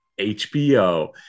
HBO